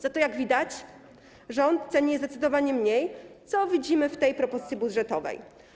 Za to, jak widać, rząd ceni je zdecydowanie mniej - widzimy to w tej propozycji budżetowej.